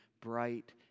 bright